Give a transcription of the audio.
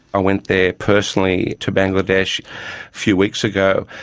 i went there personally to bangladesh a few weeks ago,